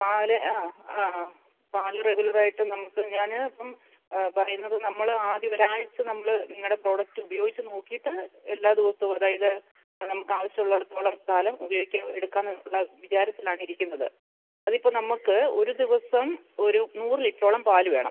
പാല് ആ ആ പാല് റെഗുലർ ആയിട്ട് നമുക്ക് ഞാൻ ഇപ്പം പറയുന്നത് നമ്മൾ ആദ്യം ഒരാഴ്ച്ച നമ്മൾ നിങ്ങളുടെ പ്രോഡക്റ്റ് ഉപയോഗിച്ച് നോക്കിയിട്ട് എല്ലാ ദിവസവും അതായത് നമുക്ക് ആവശ്യമുള്ളയിടത്തോളം കാലം ഉപയോഗിയ്ക്കാം എടുക്കാം എന്നുള്ള വിചാരത്തിലാണ് ഇരിക്കുന്നത് അത് ഇപ്പം നമുക്ക് ഒരു ദിവസം ഒരു നൂറ് ലിറ്ററോളം പാല് വേണം